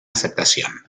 aceptación